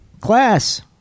Class